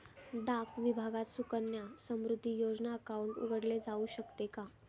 डाक विभागात सुकन्या समृद्धी योजना अकाउंट उघडले जाऊ शकते का?